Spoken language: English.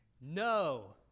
No